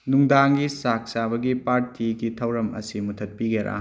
ꯅꯨꯡꯗꯥꯡꯒꯤ ꯆꯥꯛ ꯆꯥꯕꯒꯤ ꯄꯥꯔꯇꯤꯒꯤ ꯊꯧꯔꯝ ꯑꯁꯤ ꯃꯨꯠꯊꯠꯄꯤꯒꯦꯔꯥ